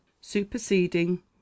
superseding